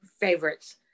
favorites